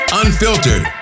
unfiltered